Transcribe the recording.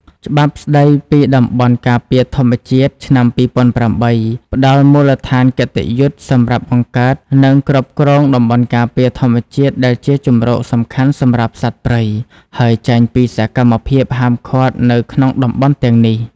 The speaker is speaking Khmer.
ច្បាប់ស្តីពីតំបន់ការពារធម្មជាតិ ឆ្នាំ ២០០៨ ផ្ដល់មូលដ្ឋានគតិយុត្តសម្រាប់បង្កើត និងគ្រប់គ្រងតំបន់ការពារធម្មជាតិ ដែលជាជម្រកសំខាន់សម្រាប់សត្វព្រៃ ហើយចែងពីសកម្មភាពហាមឃាត់នៅក្នុងតំបន់ទាំងនេះ។